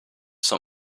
zum